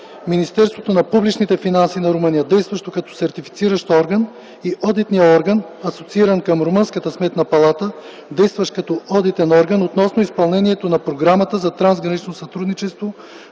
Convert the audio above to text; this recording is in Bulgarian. Министерството на публичните финанси на Румъния, действащо като Сертифициращ орган, и Одитния орган (асоцииран към румънската Сметна палата), действащ като Одитен орган, относно изпълнението на Програмата за трансгранично сътрудничество